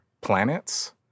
planets